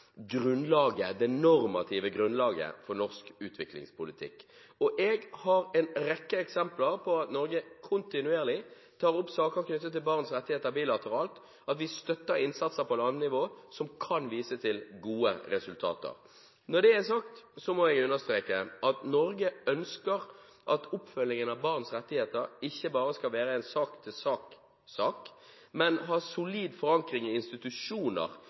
det normative grunnlaget for norsk utviklingspolitikk. Jeg har en rekke eksempler på at Norge kontinuerlig tar opp saker knyttet til barns rettigheter bilateralt, og vi støtter innsatser på landnivå som kan vise til gode resultater. Når det er sagt, må jeg understreke at Norge ønsker at oppfølgingen av barns rettigheter ikke bare skal være en sak-til-sak-sak, men ha solid forankring i institusjoner